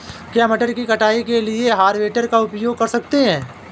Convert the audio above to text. क्या मटर की कटाई के लिए हार्वेस्टर का उपयोग कर सकते हैं?